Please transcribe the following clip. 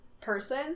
person